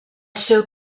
seu